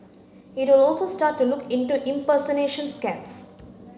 it will also start to look into impersonation scams